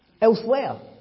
Elsewhere